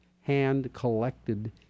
hand-collected